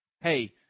Hey